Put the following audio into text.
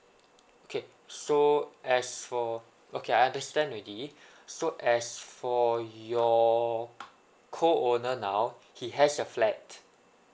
okay so as for okay I understand already so as for your co owner now he has a flat